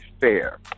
fair